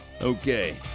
Okay